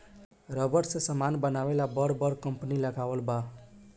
rubber से समान बनावे ला बर बर कंपनी लगावल बा